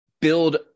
build